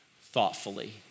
thoughtfully